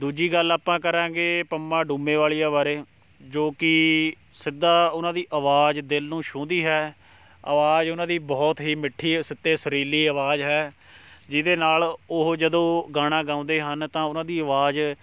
ਦੂਜੀ ਗੱਲ ਆਪਾਂ ਕਰਾਂਗੇ ਪੰਮਾ ਡੂਮੇਵਾਲੀਆ ਬਾਰੇ ਜੋ ਕਿ ਸਿੱਧਾ ਉਹਨਾਂ ਦੀ ਆਵਾਜ਼ ਦਿਲ ਨੂੰ ਛੂਹਦੀ ਹੈ ਆਵਾਜ਼ ਉਹਨਾਂ ਦੀ ਬਹੁਤ ਹੀ ਮਿੱਠੀ ਅਤੇ ਸੁਰੀਲੀ ਆਵਾਜ਼ ਹੈ ਜਿਹਦੇ ਨਾਲ ਉਹ ਜਦੋਂ ਗਾਣਾ ਗਾਉਂਦੇ ਹਨ ਤਾਂ ਉਹਨਾਂ ਦੀ ਆਵਾਜ਼